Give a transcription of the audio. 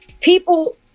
People